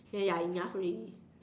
then ya enough already